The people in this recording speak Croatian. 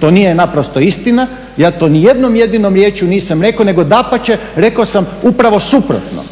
to nije naprosto istina, ja to ni jednom jedinom riječju nisam rekao, nego dapače, rekao sam upravo suprotno.